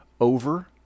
over